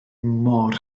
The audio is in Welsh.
mor